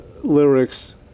lyrics